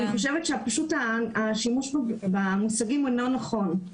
אני חושבת שהשימוש במושגים הוא לא נכון.